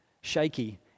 shaky